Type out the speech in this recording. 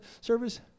service